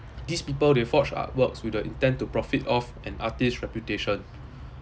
these people they forge art works with the intent to profit off an artist's reputation